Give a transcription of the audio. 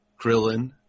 Krillin